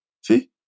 See